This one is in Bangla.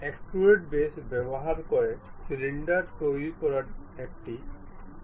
এক্সট্রুড বেস ব্যবহার করে সিলিন্ডার তৈরির করার এটি একটি উপায়